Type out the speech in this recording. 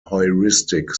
heuristic